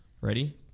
Ready